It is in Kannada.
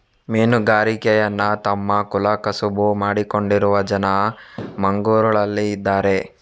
ಮೀನುಗಾರಿಕೆಯನ್ನ ತಮ್ಮ ಕುಲ ಕಸುಬು ಮಾಡಿಕೊಂಡಿರುವ ಜನ ಮಂಗ್ಳುರಲ್ಲಿ ಇದಾರೆ